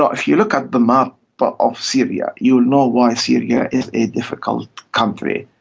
ah if you look at the map but of syria you know why syria is a difficult country.